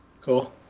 Cool